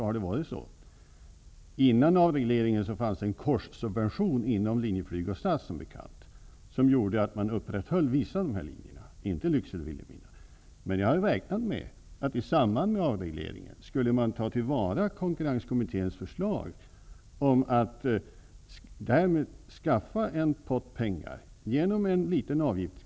Före avregleringen fanns som bekant en korssubvention inom Linjeflyg och Jag hade räknat med att man i samband med avregleringen skulle ta till vara Konkurrenskommitténs förslag och skaffa en pott pengar genom en liten avgift.